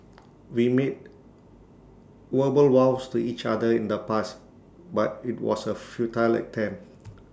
we made verbal vows to each other in the past but IT was A futile attempt